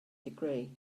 degree